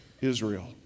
Israel